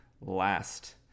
last